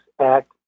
Act